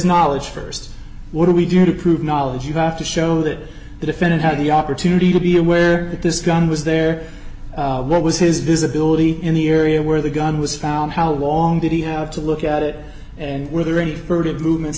knowledge st what do we do to prove knowledge you have to show that the defendant had the opportunity to be aware that this gun was there what was his visibility in the area where the gun was found how long did he have to look at it and were there any furtive movements